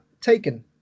taken